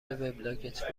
وبلاگت